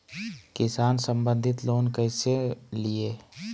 किसान संबंधित लोन कैसै लिये?